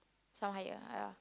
sound higher ah yeah